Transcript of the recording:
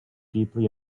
deeply